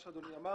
מה שאדוני אמר,